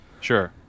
Sure